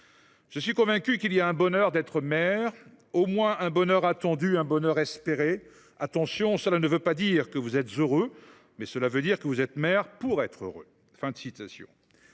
« Je suis convaincu qu’il y a un bonheur d’être maire, au moins un bonheur attendu, un bonheur espéré. Attention, cela ne veut pas dire que vous êtes heureux, mais cela veut dire que vous êtes maire pour être heureux. »